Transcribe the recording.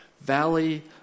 valley